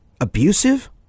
abusive